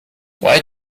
why